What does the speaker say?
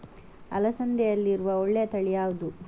ಅಲಸಂದೆಯಲ್ಲಿರುವ ಒಳ್ಳೆಯ ತಳಿ ಯಾವ್ದು?